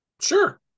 Sure